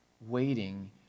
waiting